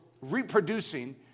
reproducing